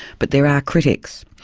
but there are critics.